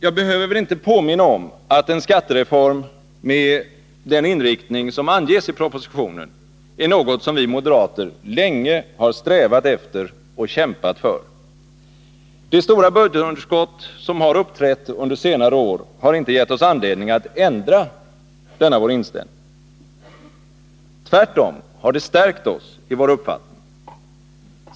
Jag behöver väl inte påminna om att en skattereform med den inriktning som anges i propositionen är något som vi moderater länge har strävat efter och kämpat för. Det stora budgetunderskott som har uppträtt under senare år har inte gett oss anledning att ändra inställning. Tvärtom har det stärkt oss i vår uppfattning.